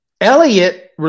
Elliot